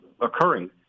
occurring